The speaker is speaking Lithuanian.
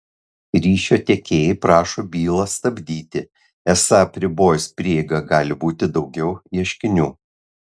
ryšio tiekėjai prašo bylą stabdyti esą apribojus prieigą gali būti daugiau ieškinių